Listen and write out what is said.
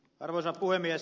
arvoisa puhemies